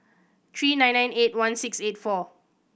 three nine nine eight one six eight four